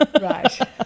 Right